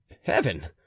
heaven